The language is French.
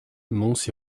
mons